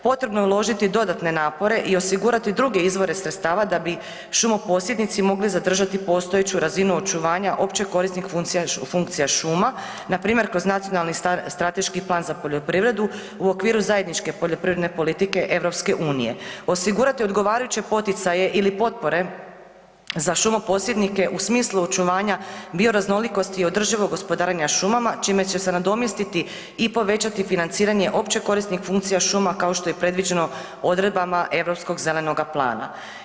Potrebno je uložiti dodatne napore i osigurati druge izvore sredstava da bi šumoposjednici mogli zadržati postojeću razinu očuvanja OKFŠ-a npr. kroz Nacionalni strateški plan za poljoprivredu u okviru zajedničke poljoprivredne politike EU, osigurati odgovarajuće poticaje ili potpore za šumoposjednike u smislu očuvanja bioraznolikosti i održivog gospodarenja šumama čime će se nadomjestiti i povećati financiranje OKFŠ-a kao što je predviđeno odredbama Europskog zelenog plana.